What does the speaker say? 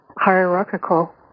hierarchical